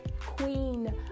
queen